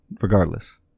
Regardless